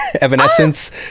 Evanescence